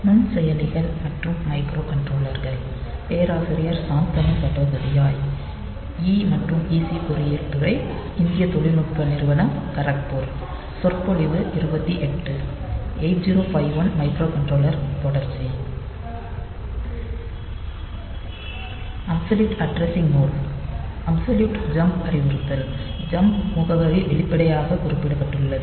8051 microcontroller தொடர்ச்சி absolute addressing mode absolute jump அறிவுறுத்தல் jump முகவரி வெளிப்படையாக குறிப்பிடப்பட்டுள்ளது